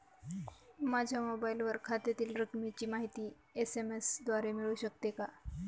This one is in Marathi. माझ्या मोबाईलवर खात्यातील रकमेची माहिती एस.एम.एस द्वारे मिळू शकते का?